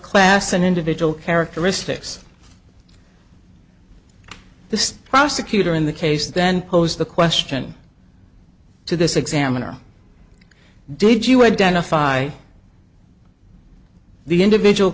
class and individual characteristics the prosecutor in the case then posed the question to this examiner did you identify the individual